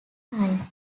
time